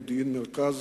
מודיעין מרכז,